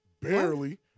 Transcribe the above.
Barely